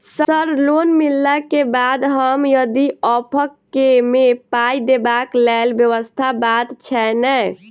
Sir loan मिलला केँ बाद हम यदि ऑफक केँ मे पाई देबाक लैल व्यवस्था बात छैय नै?